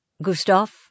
Gustav